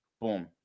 Boom